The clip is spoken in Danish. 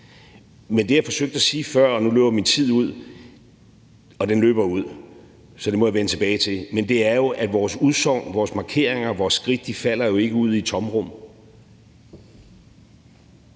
Men det, jeg forsøgte at sige før – og nu løber min tid ud, og den løber ud, så det må jeg vende tilbage til – er jo, at vores udsagn, vores markeringer, vores skridt jo ikke falder ud i et tomrum.